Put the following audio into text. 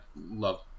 love